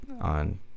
on